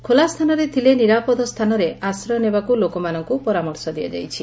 ଖୋଲାସ୍ସାନରେ ଥିଲେ ନିରାପଦ ସ୍ସାନରେ ଆଶ୍ରୟ ନେବାକୁ ଲୋକମାନଙ୍କୁ ପରାମର୍ଶ ଦିଆଯାଇଛି